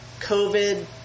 COVID